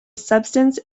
substance